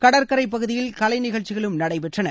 கடற்கடை பகுதியில் கலைநிழச்சிகளும் நடைபெற்றன